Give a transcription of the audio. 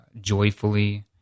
joyfully